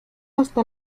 hasta